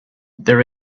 there